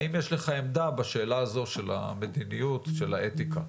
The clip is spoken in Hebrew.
האם יש לך עמדה בשאלה הזו של מדיניות של האתיקה.